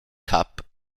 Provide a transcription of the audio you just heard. cup